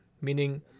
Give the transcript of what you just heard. Meaning